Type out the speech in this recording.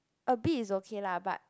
a bit is okay lah but